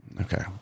Okay